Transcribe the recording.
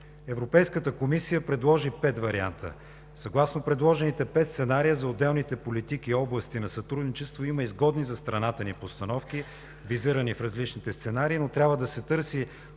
Европейската комисия предложи пет варианта. Съгласно предложените пет сценария за отделните политики и области на сътрудничество, има изгодни за страната ни постановки, визирани в различните сценарии, но трябва да се търси